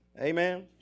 Amen